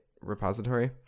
repository